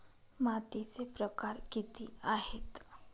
मातीचे प्रकार किती आहेत?